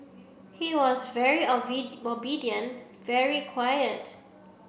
he was very obedient very quiet